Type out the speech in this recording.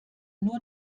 nur